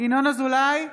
ינון אזולאי,